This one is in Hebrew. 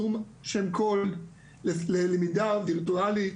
זום של למידה וירטואלית,